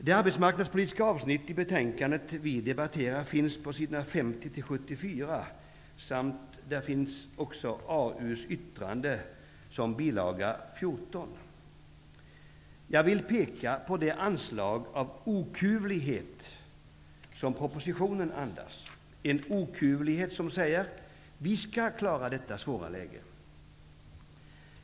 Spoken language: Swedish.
Det arbetsmarknadspolitiska avsnittet i betänkandet som vi debatterar finns på sid 50--74 samt i AU:s yttrande som bilaga 14. Jag vill peka på det anslag av okuvlighet som propositionen andas, en okuvlighet som säger: Vi skall klara detta svåra läge.